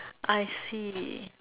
I see